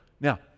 now